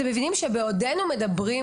אתם מבינים שבעודנו מדברים,